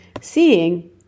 Seeing